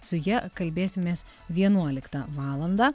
su ja kalbėsimės vienuoliktą valandą